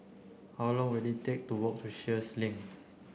how long will it take to walk to Sheares Link